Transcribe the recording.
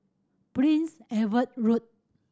Prince Edward Road